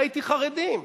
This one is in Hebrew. ראיתי חרדים,